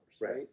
right